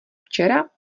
včera